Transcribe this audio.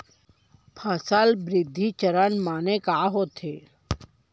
फसल वृद्धि चरण माने का होथे?